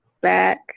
back